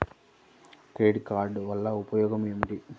Credit card వల్ల ఉపయోగం ఏమిటీ?